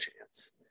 chance